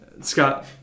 Scott